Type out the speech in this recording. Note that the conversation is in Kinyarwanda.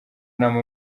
nama